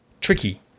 tricky